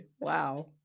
wow